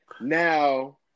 Now